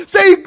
Say